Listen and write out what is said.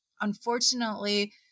unfortunately